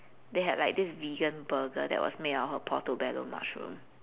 they had this like vegan burger that was made out of portobello mushroom